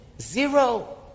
Zero